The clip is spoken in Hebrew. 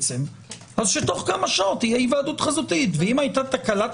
אז שתוך כמה שעות תהיה היוועדות חזותית ואם היתה תקלת